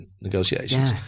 negotiations